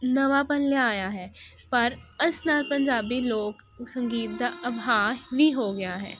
ਨਵਾਂਪਨ ਲਿਆਇਆ ਹੈ ਪਰ ਇਸ ਨਾਲ ਪੰਜਾਬੀ ਲੋਕ ਸੰਗੀਤ ਦਾ ਅਭਾਰ ਵੀ ਹੋ ਗਿਆ ਹੈ